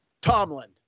Tomlin